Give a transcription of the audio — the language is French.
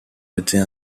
était